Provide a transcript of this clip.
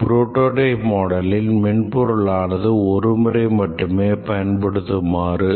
prototype மாடலில் மென்பொருளானது ஒருமுறை மட்டுமே பயன்படுத்துமாறு